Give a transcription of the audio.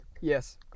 Yes